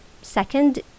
second